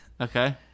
Okay